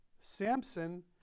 Samson